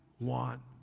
want